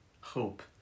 Hope